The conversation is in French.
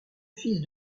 fils